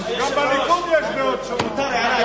זה בהחלט דבר,